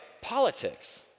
politics